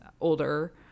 older